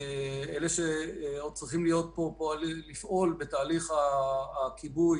אלה שעוד צריכים להיות פה לפעול בתהליך הכיבוי